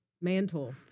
mantle